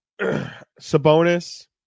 Sabonis